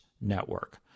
network